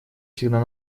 всегда